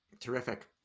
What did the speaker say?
Terrific